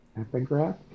epigraph